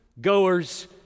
goers